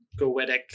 Goetic